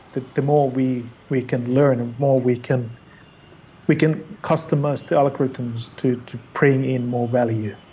the the more we we can learn and more we can we can customize the algorithms to to bring in more value